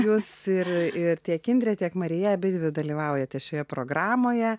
jūs ir tiek indrė tiek marija abidvi dalyvaujate šioje programoje